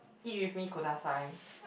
eat with me kudasai